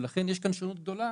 ולכן יש כאן שונות גדולה